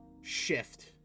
shift